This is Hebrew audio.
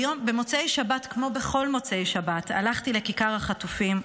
במוצאי שבת כמו בכל מוצאי שבת הלכתי לכיכר החטופים,